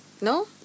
No